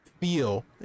feel